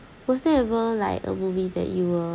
person ever like a movie that you were